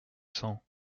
cents